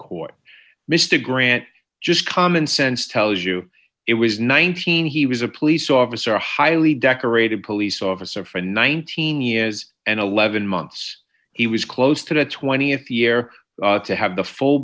court mr grant just common sense tells you it was nineteen he was a police officer a highly decorated police officer for nineteen years and eleven months he was close to the th year to have the full